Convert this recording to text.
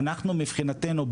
מבחינתנו,